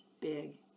big